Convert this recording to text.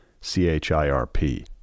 C-H-I-R-P